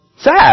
Sad